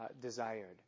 desired